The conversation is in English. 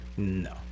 No